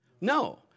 No